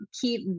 keep